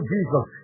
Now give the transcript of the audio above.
Jesus